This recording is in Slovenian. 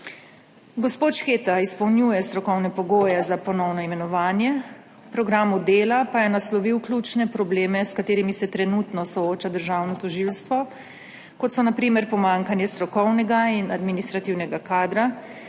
Gospod Šketa izpolnjuje strokovne pogoje za ponovno imenovanje, v programu dela pa je naslovil ključne probleme, s katerimi se trenutno sooča državno tožilstvo, kot so na primer pomanjkanje strokovnega in administrativnega kadra,